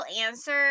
answer